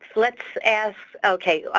let's ask, okay. ah,